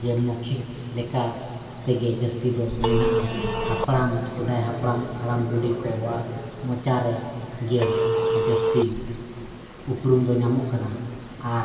ᱡᱮ ᱢᱳᱠᱷᱤᱠ ᱞᱮᱠᱟ ᱛᱮᱜᱮ ᱡᱟᱹᱥᱛᱤ ᱫᱚ ᱢᱮᱱᱟᱜᱼᱟ ᱦᱟᱯᱲᱟᱢ ᱥᱮᱫᱟᱭ ᱦᱟᱯᱲᱟᱢ ᱦᱟᱲᱟᱢᱼᱵᱩᱰᱦᱤ ᱠᱚᱣᱟᱜ ᱢᱚᱪᱟ ᱨᱮᱜᱮ ᱡᱟᱹᱥᱛᱤ ᱩᱯᱨᱩᱢ ᱫᱚ ᱧᱟᱢᱚᱜ ᱠᱟᱱᱟ ᱟᱨ